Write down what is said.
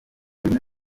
rimwe